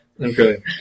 Okay